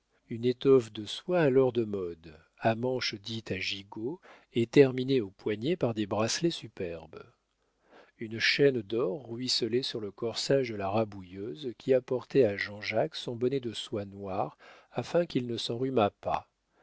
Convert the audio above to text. une étoffe de soie alors de mode à manches dites à gigot et terminées au poignet par des bracelets superbes une chaîne d'or ruisselait sur le corsage de la rabouilleuse qui apportait à jean-jacques son bonnet de soie noire afin qu'il ne s'enrhumât pas